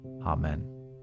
Amen